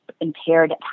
impaired